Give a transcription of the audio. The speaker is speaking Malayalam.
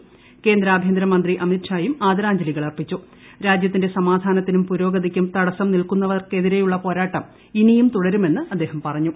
ക്ട്രിന്ദ്ര് ആഭ്യന്തരമന്ത്രി അമിത്ഷായും ആദരാഞ്ജലികൾ അർപ്പിച്ചു് ർാജ്യത്തിന്റെ സമാധാനത്തിനും പുരോഗതിക്കും തടസ്സം പ്രിൽക്കുന്നവർക്കെതിരെയുള്ള പോരാട്ടം ഇനിയും തുടരുമെന്ന് അദ്ദേഹം പറഞ്ഞു